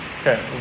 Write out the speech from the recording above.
Okay